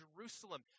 Jerusalem